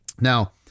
Now